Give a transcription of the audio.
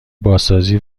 بازسازی